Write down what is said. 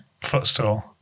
footstool